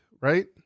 right